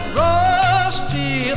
rusty